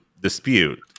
dispute